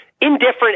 indifferent